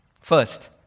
First